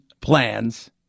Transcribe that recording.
plans